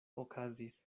okazis